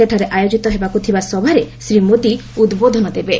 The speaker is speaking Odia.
ସେଠାରେ ଆୟୋକିତ ହେବାକୁ ଥିବା ସଭାରେ ଶ୍ରୀ ମୋଦି ଉଦ୍ବୋଧନ ଦେବେ